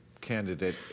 candidate